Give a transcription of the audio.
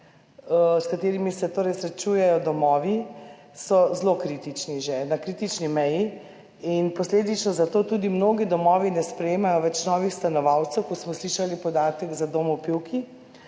s katerim se srečujejo domovi, je zelo kritično in posledično zato tudi mnogi domovi ne sprejemajo več novih stanovalcev, kot smo slišali podatek za dom v Pivki,